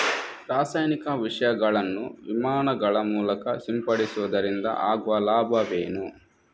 ರಾಸಾಯನಿಕ ವಿಷಗಳನ್ನು ವಿಮಾನಗಳ ಮೂಲಕ ಸಿಂಪಡಿಸುವುದರಿಂದ ಆಗುವ ಲಾಭವೇನು?